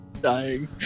dying